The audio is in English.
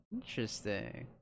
interesting